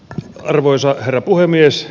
arvoisa herra puhemies